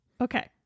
Okay